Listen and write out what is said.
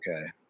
Okay